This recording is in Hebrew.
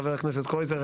חבר הכנסת קרויזר,